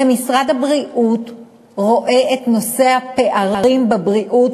כי משרד הבריאות רואה את נושא הפערים בבריאות